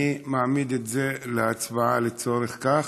אני מעמיד את זה להצבעה לצורך כך.